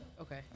Okay